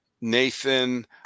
Nathan